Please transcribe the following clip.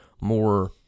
more